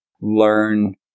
learn